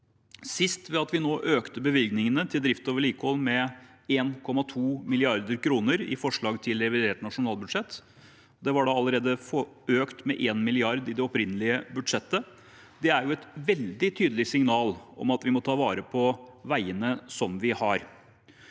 sist ved å øke bevilgningene til drift og vedlikehold med 1,2 mrd. kr i forslaget til revidert statsbudsjett. Det var allerede økt med 1 mrd. kr i det opprinnelige budsjettet. Det er et veldig tydelig signal om at vi må ta vare på veiene vi har.